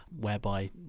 whereby